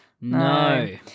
no